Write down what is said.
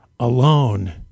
Alone